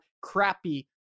crappy